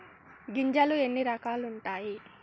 గింజలు ఎన్ని రకాలు ఉంటాయి?